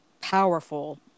powerful